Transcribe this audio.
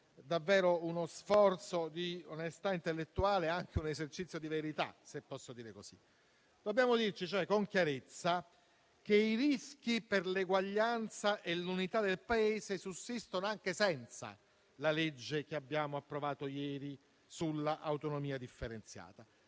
fare uno sforzo di onestà intellettuale e anche un esercizio di verità, se posso esprimermi in questi termini. Dobbiamo dirci cioè con chiarezza che i rischi per l'eguaglianza e l'unità del Paese sussistono anche senza il disegno di legge che abbiamo approvato ieri sull'autonomia differenziata.